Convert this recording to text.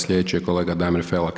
Sljedeći je kolega Damir Felak.